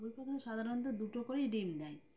বাবুই পাখি সাধারণত দুটো করেই ডিম দেয়